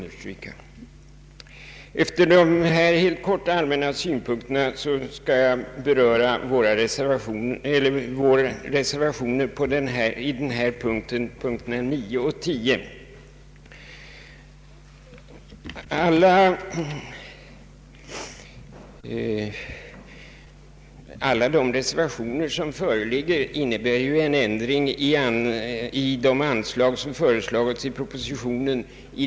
Efter dessa korta allmänna synpunkter skall jag beröra våra reservationer vid punkterna 9 och 10. Alla de reservationer som föreligger innebär en ökning av de anslag som föreslagits i propositionen.